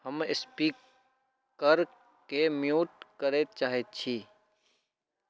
हम स्पीकरके म्यूट करै चाहै छी